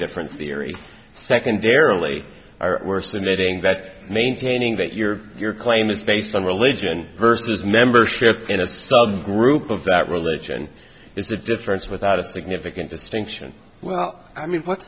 different theory secondarily are worse emitting vet maintaining that your your claim is based on religion versus membership in a subgroup of that religion is a difference without a significant distinction well i mean what